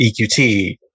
EQT